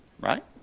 right